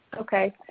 okay